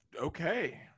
okay